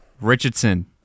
Richardson